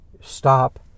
stop